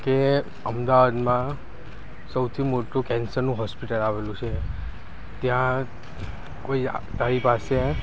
કે અમદાવાદમાં સૌથી મોટું કેન્સરનું હોસ્પિટલ આવેલું છે ત્યાં કોઈ તારી પાસે